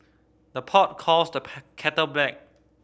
the pot calls the kettle black